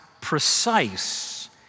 precise